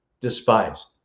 despise